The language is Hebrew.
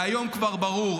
והיום כבר ברור,